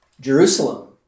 Jerusalem